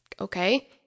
Okay